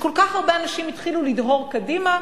כשכל כך הרבה אנשים התחילו לדהור קדימה,